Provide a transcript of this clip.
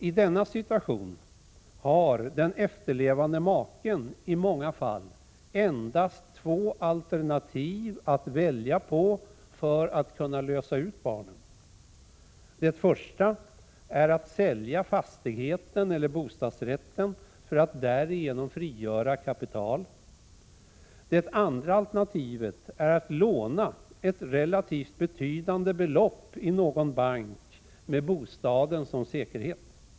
I denna situation har den efterlevande maken i många fall endast två alternativ att välja på för att kunna lösa ut barnen. Det första är att sälja fastigheten eller bostadsrätten för att därigenom frigöra kapital. Det andra alternativet är att låna ett relativt betydande belopp i någon bank med bostaden som säkerhet.